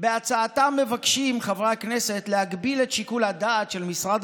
בהצעתם מבקשים חברי הכנסת להגביל את שיקול הדעת של משרד